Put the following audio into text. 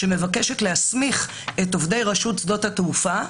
להסמיך את עובדי רשות שדות התעופה,